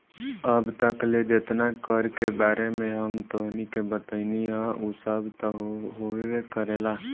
अब तक ले जेतना कर के बारे में हम तोहनी के बतइनी हइ उ सब त होबे करेला